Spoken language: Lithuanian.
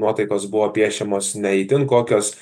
nuotaikos buvo piešiamos ne itin kokios